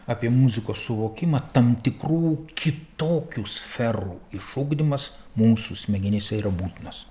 apie muzikos suvokimą tam tikrų kitokių sferų išugdymas mūsų smegenyse yra būtinas